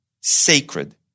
sacred